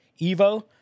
EVO